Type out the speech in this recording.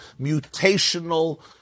mutational